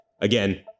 Again